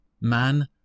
Man